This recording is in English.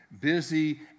busy